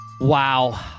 Wow